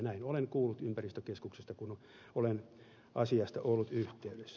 näin olen kuullut ympäristökeskuksesta kun olen asiasta ollut yhteydessä